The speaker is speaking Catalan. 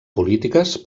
polítiques